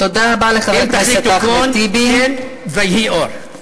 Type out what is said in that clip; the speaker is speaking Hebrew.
אם תחליטו כן, ויהי אור.